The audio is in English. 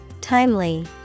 Timely